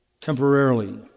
temporarily